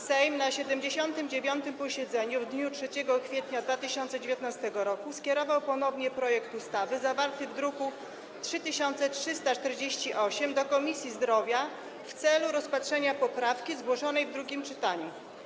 Sejm na 79. posiedzeniu w dniu 3 kwietnia 2019 r. skierował ponownie projekt ustawy zawarty w druku nr 3348 do Komisji Zdrowia w celu rozpatrzenia poprawki zgłoszonej w drugim czytaniu.